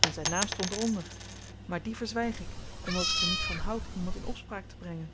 en zyn naam stond er onder maar dien verzwyg ik omdat ik er niet van houd iemand in opspraak te brengen